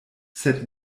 sed